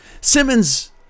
Simmons